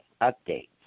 Updates